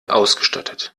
ausgestattet